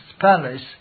palace